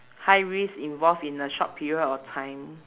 high risk involve in a short period of time